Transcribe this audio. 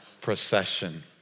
procession